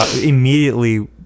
immediately